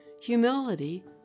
Humility